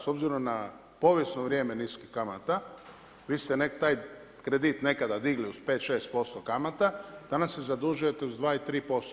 S obzirom na povijesno vrijeme niskih kamata vi ste taj kredit nekada digli uz 5, 6% kamata, danas se zadužujete uz 2 i 3%